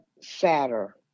sadder